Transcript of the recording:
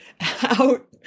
out